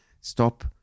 stop